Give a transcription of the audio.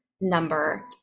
number